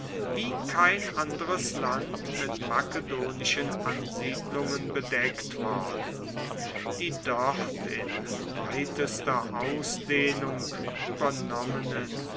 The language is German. wie kein anderes land mit makedonischen ansiedlungen bedeckt worden die dort in weitester ausdehnung übernommenen